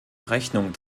rechnung